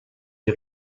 die